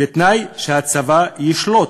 בתנאי שהצבא ישלוט,